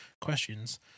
questions